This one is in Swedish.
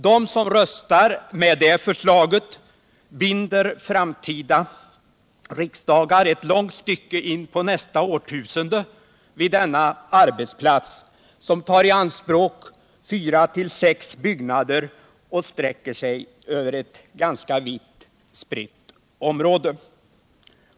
De som röstar för det förslaget binder framtida riksmöten ett långt stycke in på nästa årtusende vid denna arbetsplats. som tar i anspråk fyra-sex byggnader och sträcker sig över ett ganska vitt spritt område.